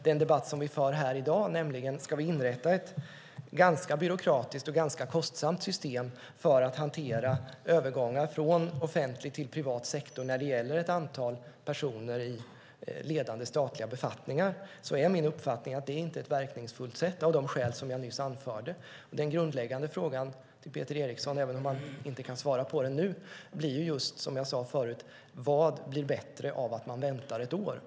Den debatt vi för här i dag gäller dock om vi ska inrätta ett ganska byråkratiskt och kostsamt system för att hantera övergångar från offentlig till privat sektor för ett antal personer i ledande statliga befattningar. Där är min uppfattning att det inte är verkningsfullt, av de skäl som jag nyss anförde. Den grundläggande frågan till Peter Eriksson, även om han inte kan svara på den nu, blir just den jag ställde nyss: Vad blir bättre av att man väntar ett år?